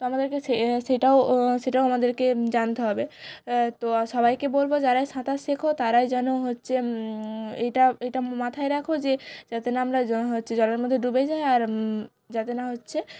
তো আমাদেরকে সে সেটাও সেটাও আমাদেরকে জানতে হবে তো সবাইকে বলব যারাই সাঁতার শেখো তারাই যেন হচ্ছে এটা এটা মাথায় রাখো যে যাতে না আমরা জো হচ্ছে জলের মধ্যে ডুবে যাই আর যাতে না হচ্ছে